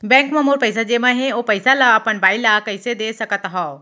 Bank म मोर पइसा जेमा हे, ओ पइसा ला अपन बाई ला कइसे दे सकत हव?